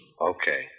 Okay